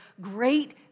great